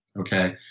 Okay